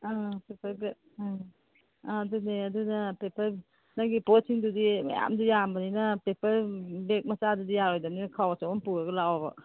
ꯑꯥ ꯑꯥ ꯑꯥ ꯑꯗꯨꯅꯦ ꯑꯗꯨꯅ ꯄꯦꯄꯔ ꯅꯪꯒꯤ ꯄꯣꯠꯁꯤꯡꯗꯨꯗꯤ ꯃꯌꯥꯝꯁꯨ ꯌꯥꯝꯕꯅꯤꯅ ꯄꯦꯄꯔ ꯕꯦꯒ ꯃꯆꯥꯗꯨꯗꯤ ꯌꯥꯔꯣꯏꯗꯝꯅꯤꯅ ꯈꯥꯎ ꯑꯆꯧꯕ ꯑꯃ ꯄꯨꯔꯒ ꯂꯥꯛꯑꯣꯕ